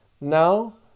Now